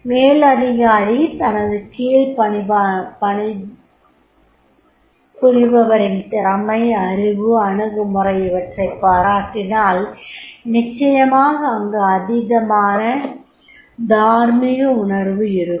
மேலதிகாரி தனக்கு கீழ் வேலைபார்ப்பவரின் திறமை அறிவு அணுகுமுறை இவற்றைப் பாராட்டினால் நிச்சயமாக அங்கு அதீத தார்மீக உணர்வு இருக்கும்